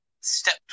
step